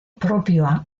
propioa